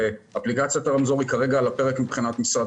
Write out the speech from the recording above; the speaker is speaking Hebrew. אפליקציית הרמזור היא כרגע על הפרק מבחינת משרד